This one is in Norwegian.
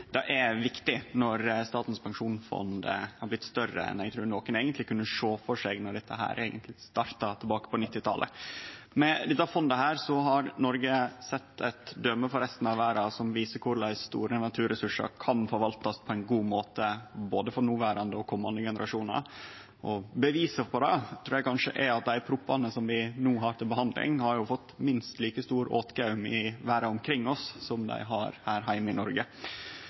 Det er viktig, når Statens pensjonsfond har blitt større enn eg trur nokon eigentleg kunne sjå for seg då dette starta tilbake på 1990-talet. Med dette fondet har Noreg sett eit døme for resten av verda som viser korleis store naturressursar kan forvaltast på ein god måte, både for noverande og komande generasjonar. Beviset for det trur eg kanskje er at dei proposisjonane vi no har til behandling, har fått minst like stor åtgaum i verda omkring oss som dei har her heime i Noreg.